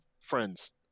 friends